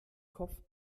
kopf